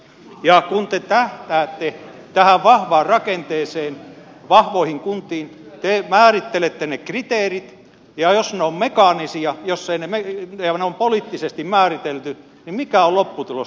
kun te tähtäätte tähän vahvaan rakenteeseen vahvoihin kuntiin te määrittelette ne kriteerit ja jos ne ovat mekaanisia jos ne on poliittisesti määritelty niin mikä on lopputulos